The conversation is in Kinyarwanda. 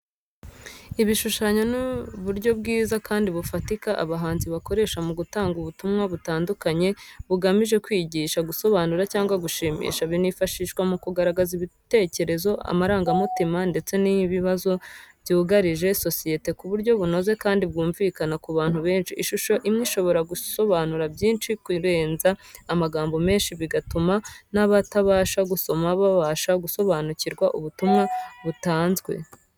Ibishushanyo ni uburyo bwiza kandi bufatika abahanzi bakoresha mu gutanga ubutumwa butandukanye bugamije kwigisha, gusobanura, cyangwa gushimisha. Binifashishwa mu kugaragaza ibitekerezo, amarangamutima, ndetse n'ibibazo byugarije sosiyete ku buryo bunoze kandi bwumvikana ku bantu benshi. Ishusho imwe ishobora gusobanura byinshi kurenza amagambo menshi, bigatuma n’abatabasha gusoma babasha gusobanukirwa ubutumwa butanzwe.